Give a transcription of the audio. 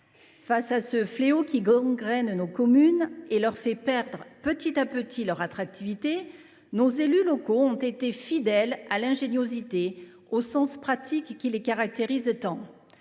Face à ce fléau qui gangrène nos communes et leur fait perdre petit à petit leur attractivité, nos élus locaux ont été fidèles à l’ingéniosité et au sens pratique qui les caractérisent tant.